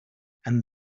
and